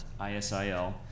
ISIL